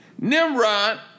Nimrod